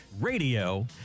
radio